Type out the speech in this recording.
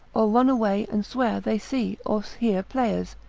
or run away, and swear they see or hear players,